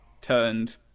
turned